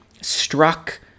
struck